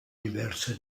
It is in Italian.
diverse